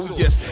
yes